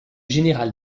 général